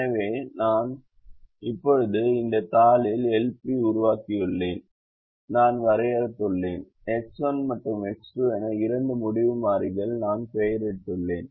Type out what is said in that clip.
எனவே நான் இப்போது இந்த தாளில் LP உருவாக்கியுள்ளேன் நான் வரையறுத்துள்ளேன் X1 மற்றும் X2 என இரண்டு முடிவு மாறிகள் நான் பெயரிட்டுள்ளேன்